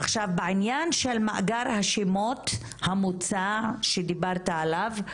עכשיו בעניין של מאגר השמות המוצע שדיברת עליו,